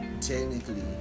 technically